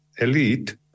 elite